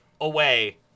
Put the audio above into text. away